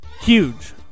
huge